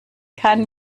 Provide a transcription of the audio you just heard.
kann